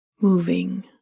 moving